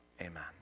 amen